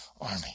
army